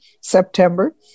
September